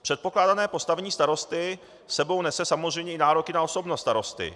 Předpokládané postavení starosty s sebou nese samozřejmě i nároky na osobnost starosty.